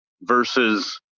versus